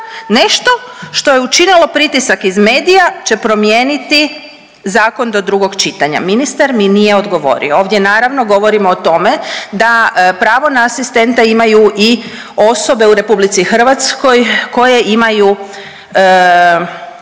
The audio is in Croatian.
nešto što je učinilo pritisak iz medija će promijeniti zakon do drugog čitanja, ministar mi nije odgovorio. Ovdje naravno govorimo o tome da pravo na asistenta imaju i osobe u RH koje imaju